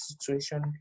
situation